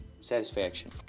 Satisfaction